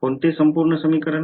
कोणते संपूर्ण समीकरण